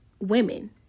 women